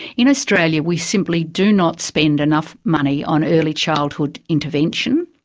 in australia, we simply do not spend enough money on early childhood intervention.